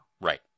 Right